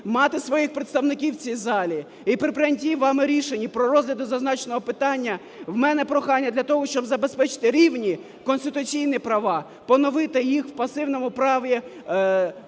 мати своїх представників в цій залі. І при прийняття вами рішення про розгляд зазначеного питання у мене прохання для того, щоб забезпечити рівні, конституційні права, поновити їх в пасивному праві